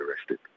arrested